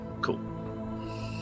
cool